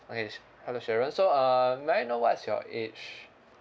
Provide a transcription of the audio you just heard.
okay sh~ hello sharon so uh may I know what's your age